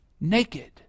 naked